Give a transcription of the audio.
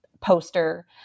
poster